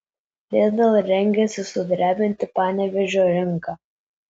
lidl rengiasi sudrebinti panevėžio rinką